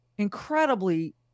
incredibly